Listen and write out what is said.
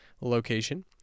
location